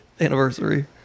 anniversary